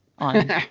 On